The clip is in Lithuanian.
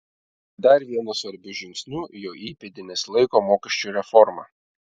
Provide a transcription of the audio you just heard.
dar vienu svarbiu žingsniu jo įpėdinis laiko mokesčių reformą